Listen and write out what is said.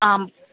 आं